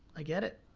i get it.